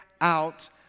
out